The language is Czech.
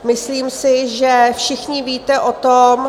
Myslím si, že všichni víte o tom...